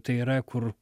tai yra kur